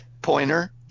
Pointer